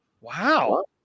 Wow